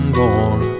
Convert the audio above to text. born